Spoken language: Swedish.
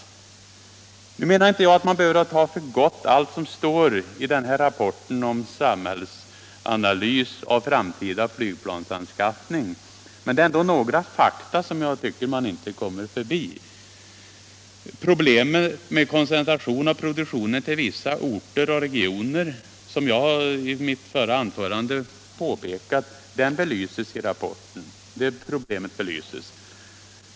Jag menar inte att man behöver ta för gott allt som står i den här rapporten om samhällsanalys av framtida flygplansanskaffning, men det är ändå några fakta som jag tycker att man inte kommer förbi. Problemet med koncentration av produktionen till vissa orter och regioner, som jag i mitt förra anförande pekat på, belyses i rapporten.